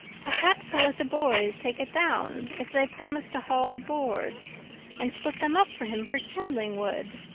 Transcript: perhaps let the boys take it down if they promise to haul the boards and split them up for him for kindling wood,